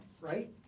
right